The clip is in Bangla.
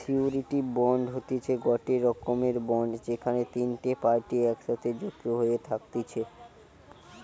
সিওরীটি বন্ড হতিছে গটে রকমের বন্ড যেখানে তিনটে পার্টি একসাথে যুক্ত হয়ে থাকতিছে